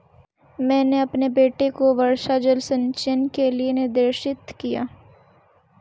मैंने अपने बेटे को वर्षा जल संचयन के लिए निर्देशित किया